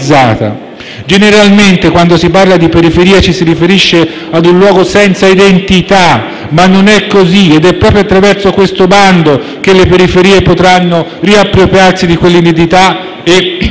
Generalmente, quando si parla di periferia, ci si riferisce a un luogo senza identità, ma non è così ed è proprio attraverso questo bando che le periferie potranno riappropriarsi di quell'identità che